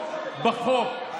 בחוק,